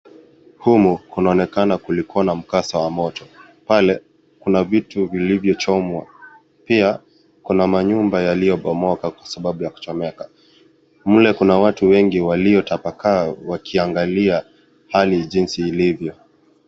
Huku kunaonekana kukikuwa na mkaza wa Moto, pale kuna vitu vilivyochomwa Lia kuna manyumba yaliyobomoka kwa sababu ya kuchomeka. Mle kuna watu wengi waliotabakaa hali jinsi ilivyo.